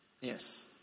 Yes